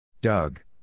Doug